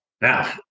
Now